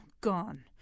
gone